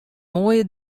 moaie